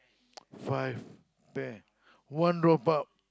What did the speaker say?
five pear one drop out